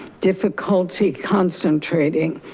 difficulty concentrating,